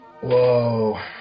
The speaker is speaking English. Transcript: Whoa